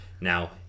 Now